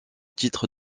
titre